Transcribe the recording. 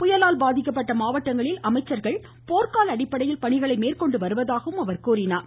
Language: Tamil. புயலால் பாதிக்கப்பட்ட மாவட்டங்களில் அமைச்சர்கள் போர்க்கால அடிப்படையில் பணிகளை மேற்கொண்டு வருவதாகவும் அவர் கூறினார்